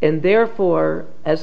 and therefore as